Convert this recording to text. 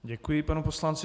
Děkuji panu poslanci.